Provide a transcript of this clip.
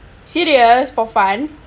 serious for fun